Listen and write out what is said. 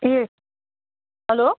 hello